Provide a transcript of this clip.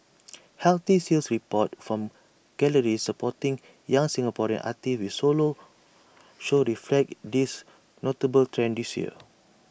healthy sales reports from galleries supporting young Singaporean artists with solo shows reflect this notable trend this year